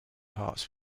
parts